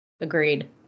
agreed